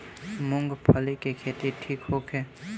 मूँगफली के खेती ठीक होखे?